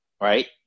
right